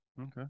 Okay